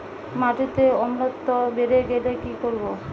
মাটিতে অম্লত্ব বেড়েগেলে কি করব?